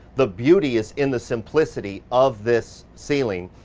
the beauty is in the simplicity of this ceiling.